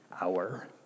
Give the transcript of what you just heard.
hour